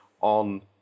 on